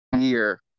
Year